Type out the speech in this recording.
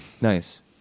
nice